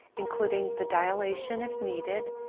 including the dilation if needed,